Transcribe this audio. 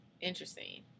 interesting